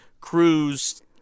Cruz